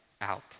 out